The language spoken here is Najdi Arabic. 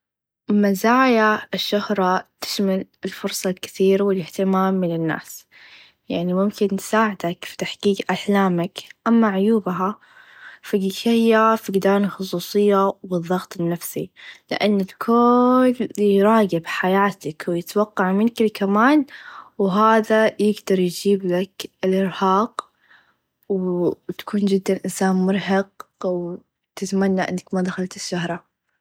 مزايا الشهر تشمل الفرصه الكثير و الإهتمام من الناس يعني ممكن تساعدك في تحقيق أحلامك أما عيوبها فهيا شئ يقف قدام الخصوصيه و الضغط النفسي لأن الكوووول يراقب حياتك ويتوقع منك الكمان و هاذا يقدر يچيبلك الإرهاق و تكون چدا إنسان مرهق و تتمنى إنك ما دخلت الشهره.